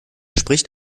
spricht